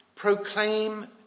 proclaim